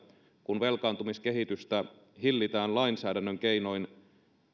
kun velkaantumiskehitystä hillitään lainsäädännön keinoin